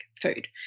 food